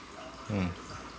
mm